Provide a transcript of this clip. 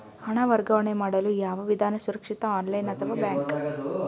ಹಣ ವರ್ಗಾವಣೆ ಮಾಡಲು ಯಾವ ವಿಧಾನ ಸುರಕ್ಷಿತ ಆನ್ಲೈನ್ ಅಥವಾ ಬ್ಯಾಂಕ್?